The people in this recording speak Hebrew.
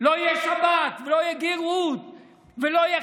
לא תהיה שבת ולא תהיה גרות ולא יהיה